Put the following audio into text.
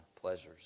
pleasures